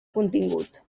contingut